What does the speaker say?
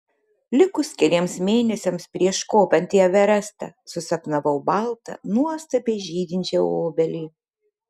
likus keliems mėnesiams prieš kopiant į everestą susapnavau baltą nuostabiai žydinčią obelį